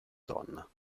donna